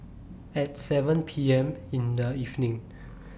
At seven P M in The evening